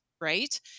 Right